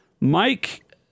Mike